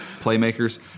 playmakers